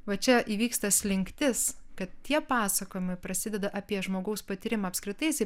va čia įvyksta slinktis kad tie pasakojimai prasideda apie žmogaus patyrimą apskritai jisai